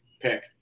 pick